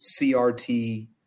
CRT